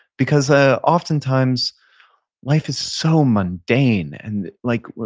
because ah oftentimes life is so mundane. and like